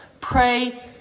pray